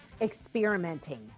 experimenting